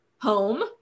home